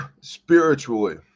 Spiritually